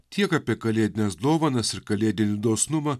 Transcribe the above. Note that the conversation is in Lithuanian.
tiek apie kalėdines dovanas ir kalėdinį dosnumą